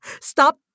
stop